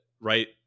right